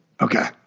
okay